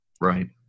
right